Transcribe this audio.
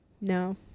no